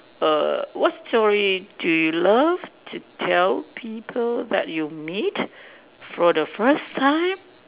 err what story do you love to tell people that you meet for the first time